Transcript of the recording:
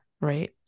right